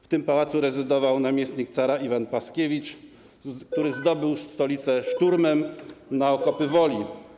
W tym pałacu rezydował namiestnik cara Iwan Paskiewicz, który zdobył stolicę szturmem na okopy Woli.